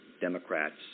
Democrats